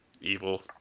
evil